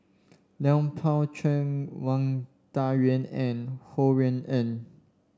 Lui Pao Chuen Wang Dayuan and Ho Rui An